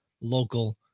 local